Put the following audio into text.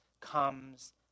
comes